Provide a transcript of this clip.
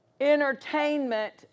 entertainment